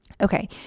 Okay